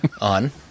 on